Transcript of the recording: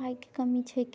पाइके कमी छै